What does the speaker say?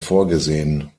vorgesehen